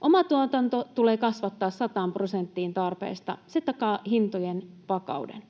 Oma tuotanto tulee kasvattaa sataan prosenttiin tarpeesta. Se takaa hintojen vakauden.